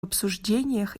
обсуждениях